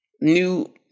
new